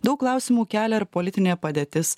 daug klausimų kelia ir politinė padėtis